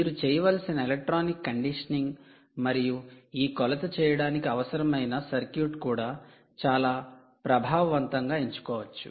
మీరు చేయవలసిన electronic conditioning మరియు ఈ కొలత చేయడానికి అవసరమైన సర్క్యూట్ కూడా చాలా ప్రభావవంతంగా ఎంచుకోవచ్చు